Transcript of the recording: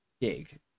gig